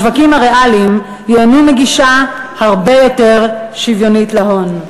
השווקים הריאליים ייהנו מגישה הרבה יותר שוויונית להון.